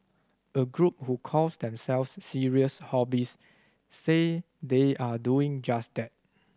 a group who calls themselves serious hobbyists say they are doing just that